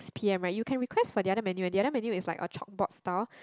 P_M right you can request for the other menu eh the other menu is like a chalk board style